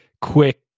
quick